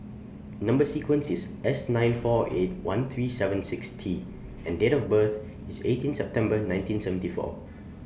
Number sequence IS S nine four eight one three seven six T and Date of birth IS eighteen September nineteen seventy four